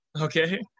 Okay